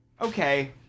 okay